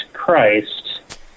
Christ